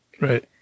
Right